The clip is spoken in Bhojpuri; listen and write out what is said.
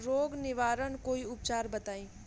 रोग निवारन कोई उपचार बताई?